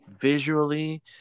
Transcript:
Visually